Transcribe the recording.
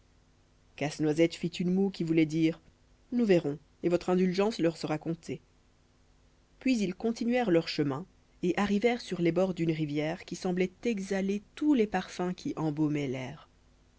casse-noisette fit une moue qui voulait dire nous verrons et votre indulgence leur sera comptée puis ils continuèrent leur chemin et arrivèrent sur les bords d'une rivière qui semblait exhaler tous les parfums qui embaumaient l'air